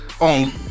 On